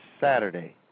Saturday